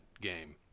game